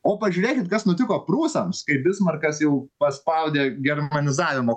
o pažiūrėkit kas nutiko prūsams kai bismarkas jau paspaudė germanizavimo